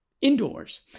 indoors